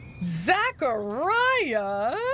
Zachariah